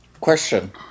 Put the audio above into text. Question